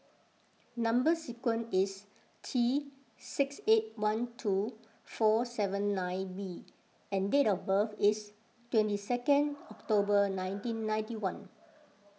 Number Sequence is T six eight one two four seven nine B and date of birth is twenty second October nineteen ninety one